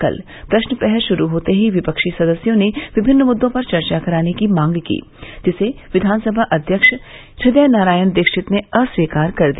कल प्रश्न प्रहर शुरू होते ही विपक्षी सदस्यों ने विभिन्न मुद्दों पर चर्चा कराने की मांग की जिसे विधानसभा अध्यक्ष हृदय नारायण दीक्षित ने अस्वीकार कर दिया